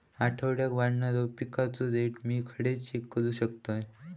आठवड्याक वाढणारो पिकांचो रेट मी खडे चेक करू शकतय?